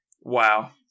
wow